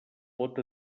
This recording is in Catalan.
pot